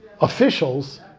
officials